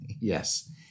Yes